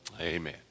Amen